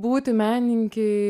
būti menininkei